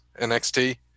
NXT